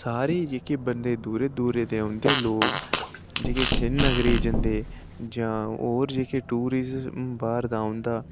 सारे जेह्के बंदे दूरै दूरै दे औंदे लोक